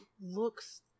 looks